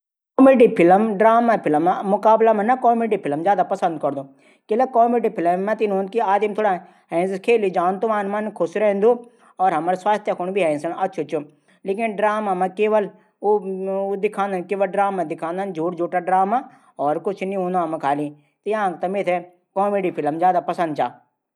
इटली संस्कृति भी विश्व प्रसिद्ध चा। इटली मां रेनेसा का टैम बहुत छाई इटली में आॉपेरा का समृद्ध इतिहास है। इटली में पिज़ा और पास्ता बहुत लोकप्रिय छन। और इटली मां वाइन भी बहुत प्रसिद्ध चा।